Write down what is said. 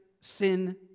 sin